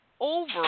over